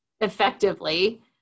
effectively